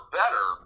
better